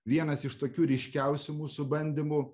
vienas iš tokių ryškiausių mūsų bandymų